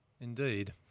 Indeed